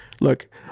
Look